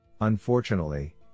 Unfortunately